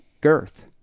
Girth